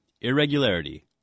irregularity